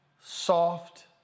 soft